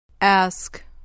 Ask